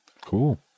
Cool